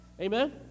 Amen